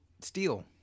steel